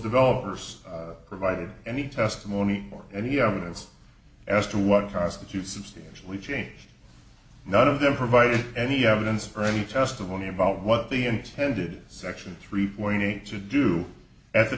developers provided any testimony or any evidence as to what constitutes substantially change none of them providing any evidence for any testimony about what they intended section three point eight to do at the